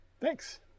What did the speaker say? Thanks